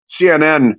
CNN